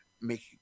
make